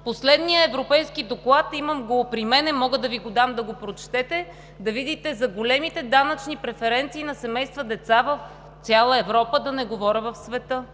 В последния европейски доклад, имам го при мен, мога да Ви го дам да го прочетете, да видите за големите данъчни преференции на семейства с деца в цяла Европа, да не говоря в света.